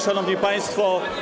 Szanowni Państwo!